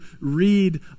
read